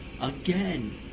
Again